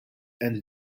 and